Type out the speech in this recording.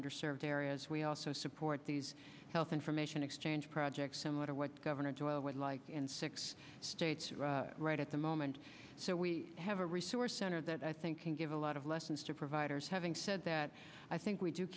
under served areas we also support these health information exchange projects similar to what governor doyle would like in six states right at the moment so we have a resource center that i think can give a lot of lessons to providers having said that i think we do